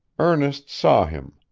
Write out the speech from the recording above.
ernest saw him.